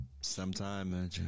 sometime